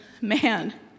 Man